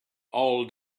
all